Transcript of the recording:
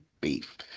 beef